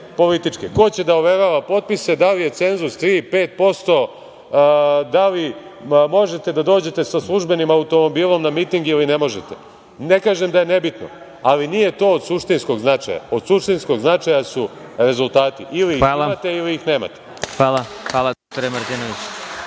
ko će da overava potpise, da li je cenzus 3% ili 5%, da li možete da dođete sa službenim automobilom na miting ili ne možete. Ne kažem da je nebitno, ali nije to od suštinskog značaja. Od suštinskog značaja su rezultati – ili ih imate ili ih nemate. **Vladimir